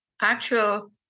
actual